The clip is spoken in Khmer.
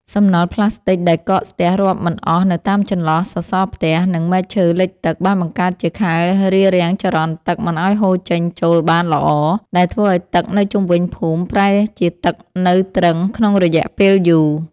សំណល់ផ្លាស្ទិកដែលកកស្ទះរាប់មិនអស់នៅតាមចន្លោះសសរផ្ទះ និងមែកឈើលិចទឹក បានបង្កើតជាខែលរារាំងចរន្តទឹកមិនឱ្យហូរចេញចូលបានល្អ ដែលធ្វើឱ្យទឹកនៅជុំវិញភូមិប្រែជាទឹកនៅទ្រឹងក្នុងរយៈពេលយូរ។